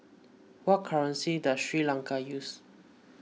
what currency does Sri Lanka use